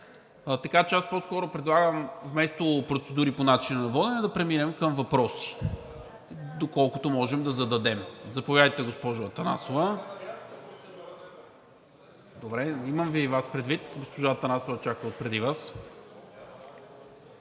Така че аз по-скоро предлагам вместо процедури по начина на водене да преминем към въпроси, доколкото можем да зададем. Заповядайте, госпожо Атанасова. (Реплика.) Добре, имам Ви и Вас предвид. Госпожа Атанасова чака отпреди Вас.